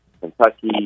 Kentucky